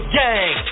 gang